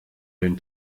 den